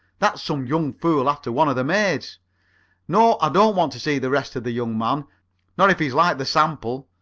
that's some young fool after one of the maids no, i don't want to see the rest of the young man not if he's like the sample.